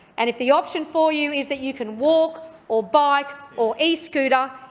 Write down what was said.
and if the option for you is that you can walk or bike or escooter,